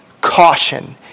caution